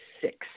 six